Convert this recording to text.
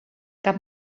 cap